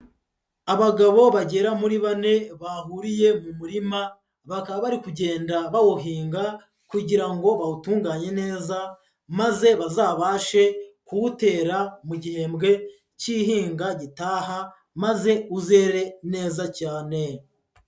Abagabo bagera muri bane bahuriye mu murima, bakaba bari kugenda bawuhinga kugira ngo bawutunganye neza maze bazabashe kuwutera mu gihembwe cy'ihinga gitaha maze uzere neza cyane.